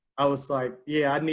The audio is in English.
i was like, yeah, i mean